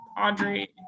Audrey